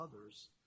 others